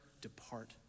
depart